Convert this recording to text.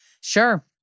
Sure